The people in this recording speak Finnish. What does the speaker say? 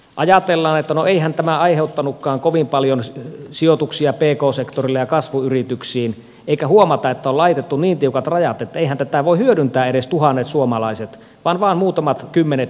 ajatellaan että no eihän tämä aiheuttanutkaan kovin paljon sijoituksia pk sektorille ja kasvuyrityksiin eikä huomata että on laitettu niin tiukat rajat että eiväthän tätä voi hyödyntää edes tuhannet suomalaiset vaan vain muutamat kymmenet tai sadat suomalaiset